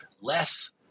less